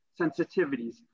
sensitivities